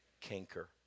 canker